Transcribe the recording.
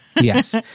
yes